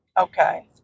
Okay